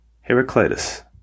Heraclitus